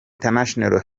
international